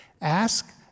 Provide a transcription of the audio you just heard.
Ask